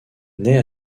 naît